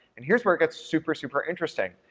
and here's where it gets super, super interesting.